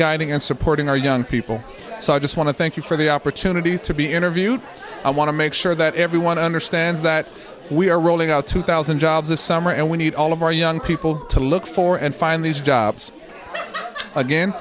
guiding and supporting our young people so i just want to thank you for the opportunity to be interviewed i want to make sure that everyone understands that we are rolling out two thousand jobs a summer and we need all of our young people to look for and find these jobs again